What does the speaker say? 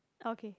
okay